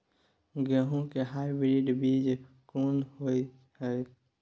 गेहूं के हाइब्रिड बीज कोन होय है?